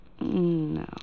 No